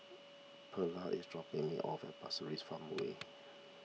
Perla is dropping me off at Pasir Ris Farmway